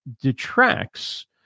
detracts